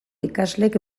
ikaslek